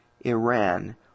Iran